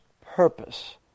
purpose